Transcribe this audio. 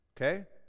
okay